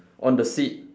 on the seat